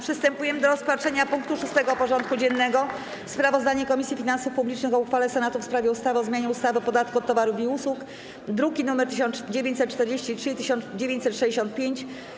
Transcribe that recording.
Przystępujemy do rozpatrzenia punktu 6. porządku dziennego: Sprawozdanie Komisji Finansów Publicznych o uchwale Senatu w sprawie ustawy o zmianie ustawy o podatku od towarów i usług (druki nr 1943 i 1965)